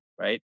right